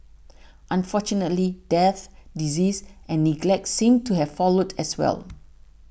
unfortunately death disease and neglect seemed to have followed as well